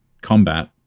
combat